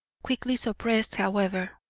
quickly suppressed, however.